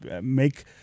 make